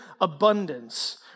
abundance